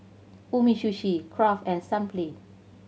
Umisushi Kraft and Sunplay